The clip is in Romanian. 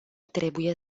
trebuie